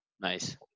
nice